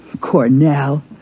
Cornell